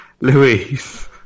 Luis